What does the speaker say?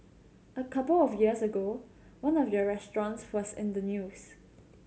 a couple of years ago one of your restaurants was in the news